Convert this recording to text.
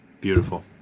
Beautiful